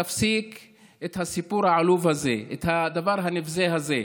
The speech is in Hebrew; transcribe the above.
תפסיק את הסיפור העלוב הזה, את הדבר הנבזה הזה.